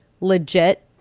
legit